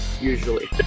usually